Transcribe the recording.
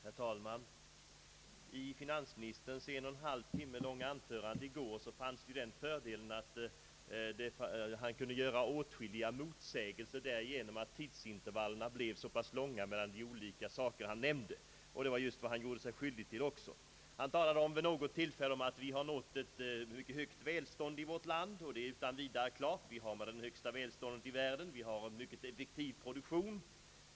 Herr talman! I finansministerns en och en halv timme långa anförande i går hade han den fördelen att kunna göra åtskilliga motsägelser på grund av att tidsintervallerna blev så pass långa mellan de olika saker han anförde. Detta var också vad han gjorde sig skyldig till. Vid något tillfälle talade han om att vi har nått ett mycket högt välstånd i vårt land. Det är alldeles riktigt. Vi är bland de länder som har de högsta väl stånden i världen. Vi har en mycket effektiv produktion.